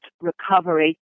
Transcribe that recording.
recovery